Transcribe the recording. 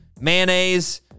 mayonnaise